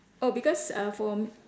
oh because err for